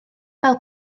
fel